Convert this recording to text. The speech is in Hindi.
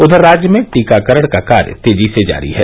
उधर राज्य में टीकाकरण का कार्य तेजी से जारी है